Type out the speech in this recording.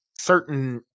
certain